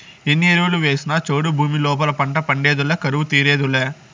ఎన్ని ఎరువులు వేసినా చౌడు భూమి లోపల పంట పండేదులే కరువు తీరేదులే